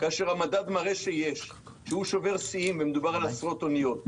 כאשר המדד מראה שיש שהוא שובר שיאים ומדובר על עשרות אניות.